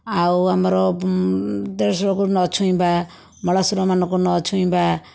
ଆଉ ଆମର ଦେଢ଼ଶୁରକୁ ନ ଛୁଇଁବା ମଳାଶୁରମାନଙ୍କୁ ନ ଛୁଇଁବା